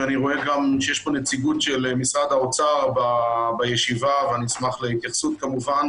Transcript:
אני רואה גם שיש פה נציגות של משרד האוצר בישיבה ואשמח להתייחסות כמובן.